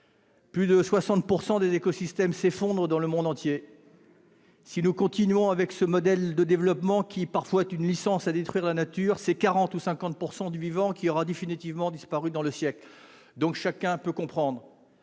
plus de 60 % des écosystèmes s'effondrent dans le monde entier. Si nous continuons avec ce modèle de développement, qui est parfois une licence de détruire la nature, c'est 40 % ou 50 % du vivant qui aura définitivement disparu au cours du siècle. Le Gouvernement prendra